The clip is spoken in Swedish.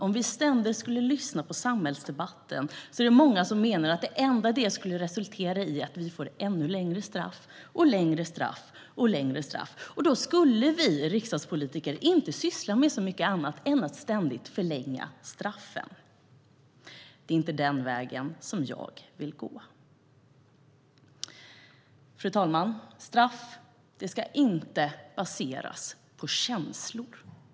Om vi ständigt lyssnade på samhällsdebatten menar nämligen många att det bara skulle resultera i att vi fick ännu längre straff - och längre, och längre. Då skulle vi riksdagspolitiker inte syssla med så mycket annat än att ständigt förlänga straffen. Det är inte den vägen jag vill gå. Fru talman! Straff ska inte baseras på känslor.